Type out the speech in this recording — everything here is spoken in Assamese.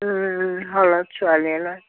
হলত ছোৱালীয়ে লয়